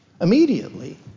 immediately